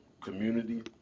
community